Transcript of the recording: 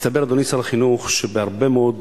מסתבר, אדוני שר החינוך, שבהרבה מאוד